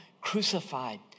crucified